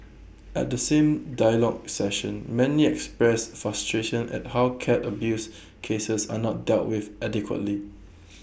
at the same dialogue session many expressed frustration at how cat abuse cases are not dealt with adequately